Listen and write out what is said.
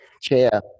chair